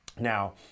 Now